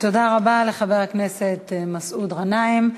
תודה רבה לחבר הכנסת מסעוד גנאים.